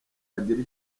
agire